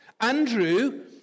Andrew